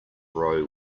row